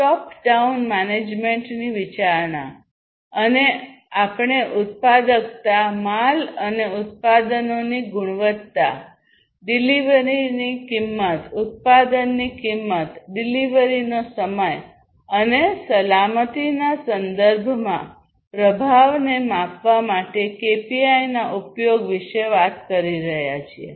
ટોપ down મેનેજમેન્ટની વિચારણા અને આપણે ઉત્પાદકતા માલ અને ઉત્પાદનોની ગુણવત્તા ડિલિવરીની કિંમત ઉત્પાદનની કિંમત ડિલિવરીનો સમય અને સલામતીના સંદર્ભમાં પ્રભાવને માપવા માટે કેપીઆઈના ઉપયોગ વિશે વાત કરી રહ્યા છીએ